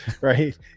right